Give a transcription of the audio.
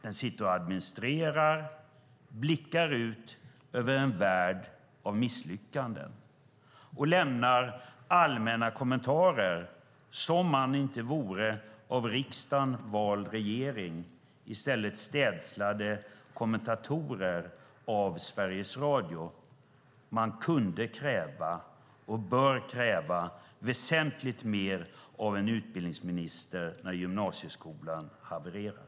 Den sitter och administrerar och blickar ut över en värld av misslyckanden och lämnar allmänna kommentarer som om den inte vore en av riksdagen vald regering utan i stället av Sveriges Radio städslade kommentatorer. Man kunde kräva och bör kräva väsentligt mer av en utbildningsminister när gymnasieskolan havererar.